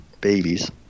babies